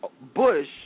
Bush